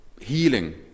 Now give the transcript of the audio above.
healing